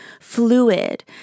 fluid